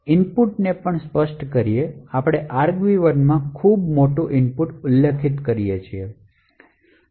inputs ને પણ સ્પષ્ટ કરો આપણે argv1માં ખૂબ મોટા ઇનપુટનો ઉલ્લેખ કરીએ છીએ